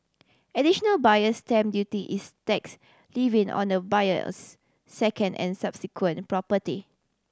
additional Buyer Stamp Duty is tax levied on a buyer's second and subsequent property